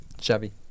Chevy